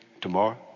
tomorrow